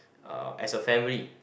uh as a family